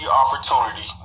opportunity